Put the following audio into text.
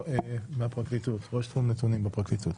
ראש תחום נתונים בפרקליטות.